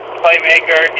playmaker